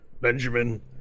Benjamin